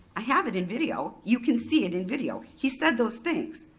i have it in video, you can see it in video. he said those things.